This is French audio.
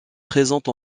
présente